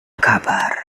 kabar